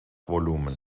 volumen